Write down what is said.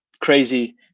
crazy